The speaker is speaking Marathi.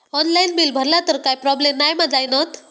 ऑनलाइन बिल भरला तर काय प्रोब्लेम नाय मा जाईनत?